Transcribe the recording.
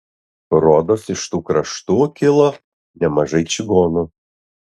rodos iš tų kraštų kilo nemažai čigonų